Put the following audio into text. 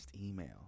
email